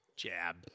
jab